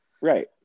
right